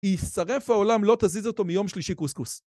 ישרף העולם לא תזיז אותו מיום שלישי כוס כוס